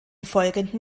folgenden